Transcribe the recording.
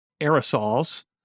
aerosols